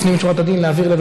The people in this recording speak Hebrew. לפנים משורת הדין,